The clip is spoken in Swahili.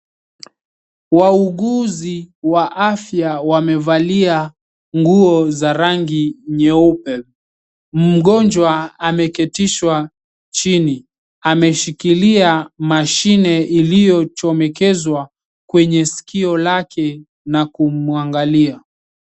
Wauguzi wa afya wamevalia nguo za rangi nyeupe. Mgonjwa ameketishwa chini, ameshikilia mashine iliyochomekezwa kwenye sikio lake na kumwangalia.